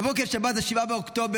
בבוקר שבת 7 באוקטובר,